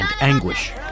anguish